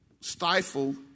stifle